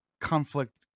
conflict